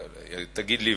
תגיד לי,